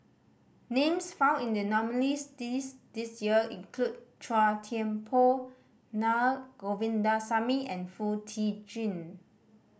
names found in the nominees' this this year include Chua Thian Poh Naa Govindasamy and Foo Tee Jun